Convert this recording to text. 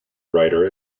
writer